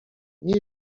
nie